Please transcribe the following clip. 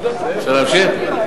אפשר להמשיך?